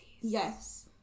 Yes